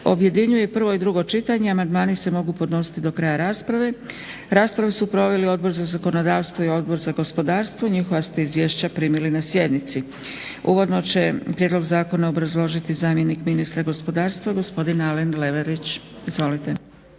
objedinjuje prvo i drugo čitanje. amandmani se mogu podnositi do kraja rasprave. Raspravu su proveli Odbor za zakonodavstvo i Odbor za gospodarstvo. Njihova ste izvješća primili na sjednici. Uvodno će prijedlog zakona obrazložiti zamjenik ministra gospodarstva gospodin Alen Leverić, izvolite.